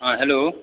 हाँ हेलो